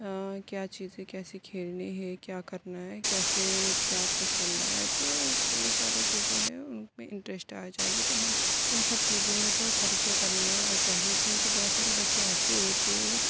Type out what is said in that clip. کیا چیزیں کیسے کھیلنی ہے کیا کرنا ہے کیسے کیا کچھ کرنا ہے تو بہت زیادہ جے جو ہے ان میں انٹریسٹ آ جائے گی تو ہم ان سب چیزوں میں تو خرچہ کرنا چاہیے کیوں کہ بہت سارے بچے ایسے ہوتے ہیں